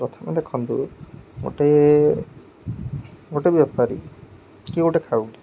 ପ୍ରଥମେ ଦେଖନ୍ତୁ ଗୋଟେ ଗୋଟେ ବେପାରୀ କିଏ ଗୋଟେ ଖାଉଟି